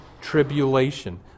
tribulation